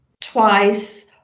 twice